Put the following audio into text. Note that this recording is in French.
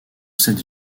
cette